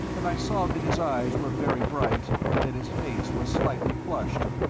and i saw that his eyes were very bright and that his face was slightly flushed.